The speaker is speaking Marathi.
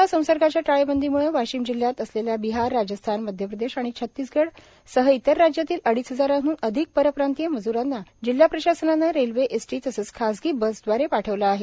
कोरोना संसर्गाच्या टाळेबंदी मुळं वाशिम जिल्ह्यात असलेल्या बिहारराजस्थानमध्यप्रदेश आणि छत्तीसगड सह इतर राज्यातील अडीच हजाराह्न अधिक परप्रांतीय मज्रांना जिल्हा प्रशासनानं रेल्वेएसटी तसेच खासगी बस द्वारे पाठविलं आहे